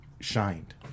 shined